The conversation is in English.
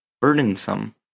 burdensome